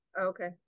okay